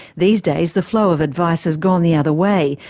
these days the flow of advice has gone the other way,